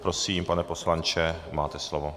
Prosím, pane poslanče, máte slovo.